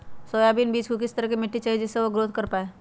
Soybean बीज को किस तरह का मिट्टी चाहिए जिससे वह ग्रोथ कर पाए?